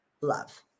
Love